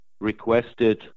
requested